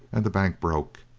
and the bank broke.